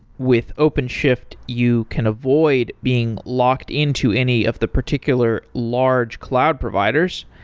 with openshift, you can avoid being locked into any of the particular large cloud providers.